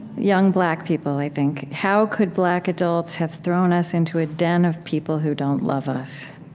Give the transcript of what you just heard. young black people, i think how could black adults have thrown us into a den of people who don't love us?